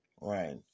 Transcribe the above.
right